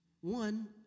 One